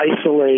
isolate